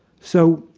so,